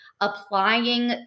applying